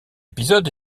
épisode